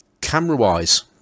camera-wise